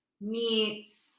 meets